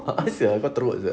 ya sia kau teruk sia